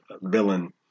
villain